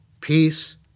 peace